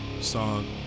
song